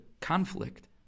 conflict